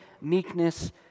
meekness